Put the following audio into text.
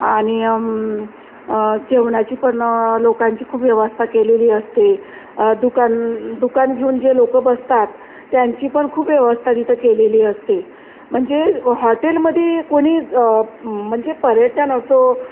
आणि जेवणाची पण लोकांची खूप व्यवस्था केलेली असते दुकान दुकान घेऊन जे लोकं बसतात त्यांची पण खूप व्यवस्था तिथं केलेली असते म्हणजे हॉटेलमध्ये कोणी म्हणजे पर्यटन असो